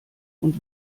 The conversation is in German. und